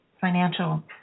financial